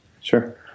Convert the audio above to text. Sure